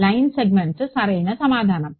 line segments సరైన సమాధానం